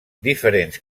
diferents